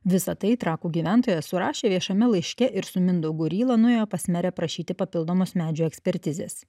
visa tai trakų gyventoja surašė viešame laiške ir su mindaugu ryla nuėjo pas merą prašyti papildomos medžio ekspertizės